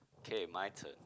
okay my turn